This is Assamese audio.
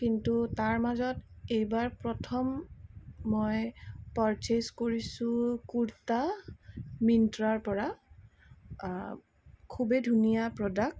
কিন্তু তাৰ মাজত এইবাৰ প্ৰথম মই পাৰ্চেছ কৰিছোঁ কূৰ্তা মিনট্ৰাৰ পৰা খুবেই ধুনীয়া প্ৰডাক্ট